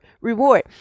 reward